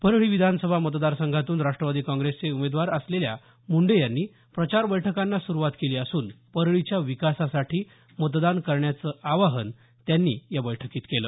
परळी विधानसभा मतदारसंघातून राष्ट्रवादी काँग्रेसचे उमेदवार असलेल्या मुंडे यांनी प्रचार बैठकांना सुरवात केली असून परळीच्या विकासासाठी मतदान करण्याचं आवाहन त्यांनी या बैठकीत केलं